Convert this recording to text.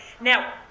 now